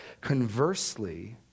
Conversely